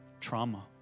trauma